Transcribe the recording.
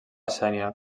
sénia